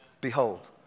Behold